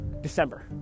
December